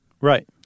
Right